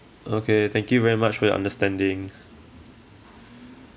okay thank you very much for your understanding